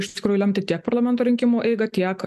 iš tikrųjų lemti tiek parlamento rinkimų eigą tiek